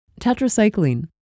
Tetracycline